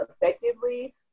effectively